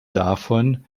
davon